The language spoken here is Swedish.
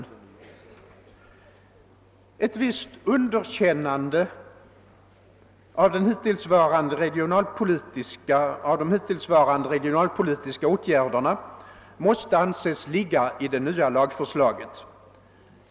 Ett visst underkännande av de hittillsvarande regionalpolitiska åtgärderna måste anses ligga i det nya lagförslaget.